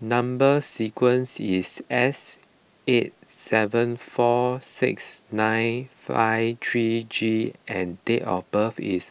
Number Sequence is S eight seven four six nine five three G and date of birth is